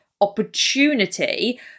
opportunity